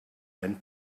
and